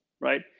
right